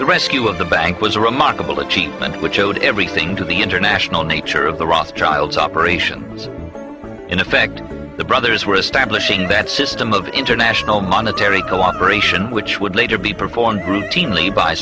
the rescue of the bank was a remarkable achievement which owed everything to the international nature of the rothschilds operation in effect the brothers were establishing that system of international monetary co operation which would later be performed routinely by